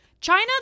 China